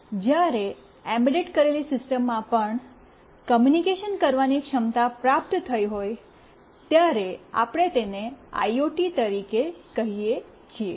જ્યારે એમ્બેડ કરેલી સિસ્ટમમાં પણ કૉમ્યૂનિકેશન કરવાની ક્ષમતા પ્રાપ્ત થઈ હોય ત્યારે આપણે તેને આઈઓટી તરીકે કહીએ છીએ